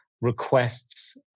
requests